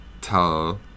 tell